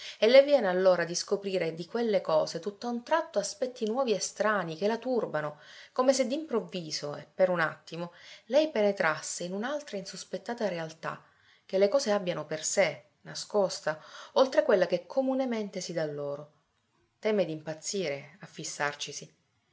e te avviene allora di scoprire di quelle cose tutt'a un tratto aspetti nuovi e strani che la turbano come se d'improvviso e per un attimo lei penetrasse in un'altra insospettata realtà che le cose abbiano per sé nascosta oltre quella che comunemente si dà loro teme d'impazzire a